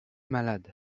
malades